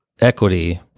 equity